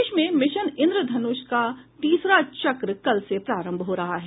प्रदेश में मिशन इंद्रधनुष का तीसरा चक्र कल से प्रारम्भ हो रहा है